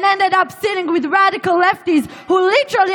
ended up sitting with radical lefts who literally,